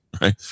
right